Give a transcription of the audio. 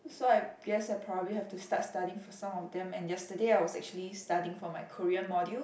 so I guess I probably have to start studying for some of them and yesterday I was actually studying for my Korean module